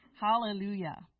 hallelujah